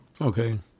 Okay